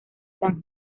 san